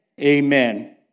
Amen